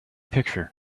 picture